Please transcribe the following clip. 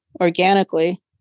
organically